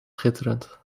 schitterend